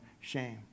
shame